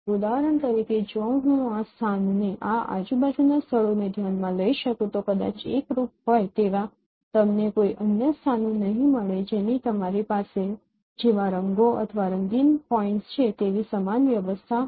ઉદાહરણ તરીકે જો હું આ સ્થાનને આ આજુબાજુના સ્થળોને ધ્યાનમાં લઈ શકું તો કદાચ એકરૂપ હોય તેવા તમને કોઈ અન્ય સ્થાનો નહીં મળે જેની તમારી પાસે જેવા રંગો અથવા રંગીન પોઇન્ટ્સ છે તેવી સમાન વ્યવસ્થા હોય